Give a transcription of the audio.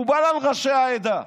מקובל על ראשי העדה.